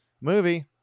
movie